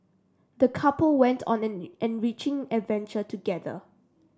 the couple went on an enriching adventure together